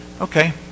okay